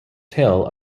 tale